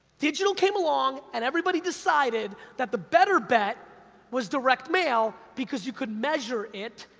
digital came along and everybody decided that the better bet was direct mail because you could measure it,